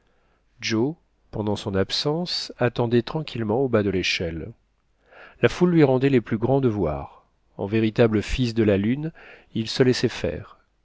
joe pendant son absence attendait tranquillement au bas de l'échelle la foule lui rendait les plus grands devoirs en véritable fils de la lune il se laissait faire